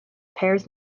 pears